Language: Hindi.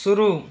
शुरू